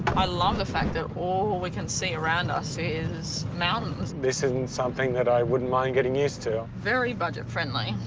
i love the fact that all we can see around us is mountains. this isn't something that i wouldn't mind getting used to. very budget-friendly,